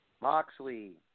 Moxley